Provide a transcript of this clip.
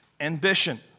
ambition